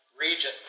region